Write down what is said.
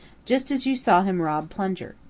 just as you saw him rob plunger.